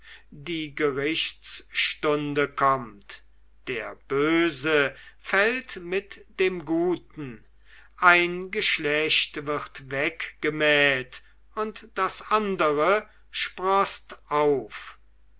die gerichtsstunde kommt der böse fällt mit dem guten ein geschlecht wird weggemäht und das andere sproßt auf